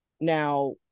Now